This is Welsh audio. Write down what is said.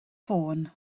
ffôn